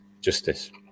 justice